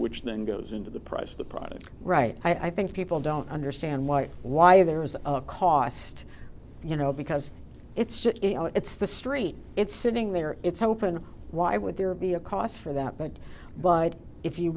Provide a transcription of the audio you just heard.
which then goes into the price of the product right i think people don't understand why it why there is a cost you know because it's just you know it's the street it's sitting there it's open why would there be a cost for that but but if you